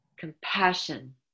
compassion